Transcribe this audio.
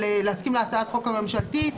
להסכים להצעת החוק הממשלתית,